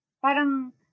Parang